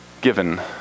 given